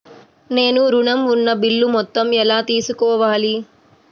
నేను ఋణం ఉన్న బిల్లు మొత్తం ఎలా తెలుసుకోవాలి?